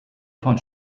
von